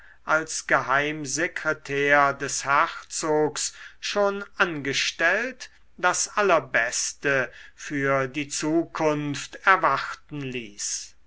als geheimsekretär des herzogs schon angestellt das allerbeste für die zukunft erwarten ließ